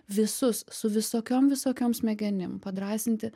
visus su visokiom visokiom smegenim padrąsinti